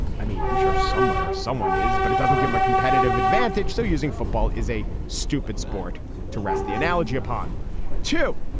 i mean i'm sure somewhere someone is but it doesn't give me a competitive advantage. so using football is a stupid sport to rest the analogy upon two.